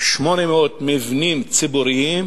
1,800 מבנים ציבוריים,